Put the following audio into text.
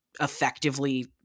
effectively